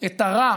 את הרע